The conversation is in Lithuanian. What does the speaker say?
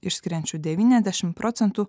išskiriančių devyniasdešim procentų